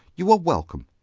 you are welcome.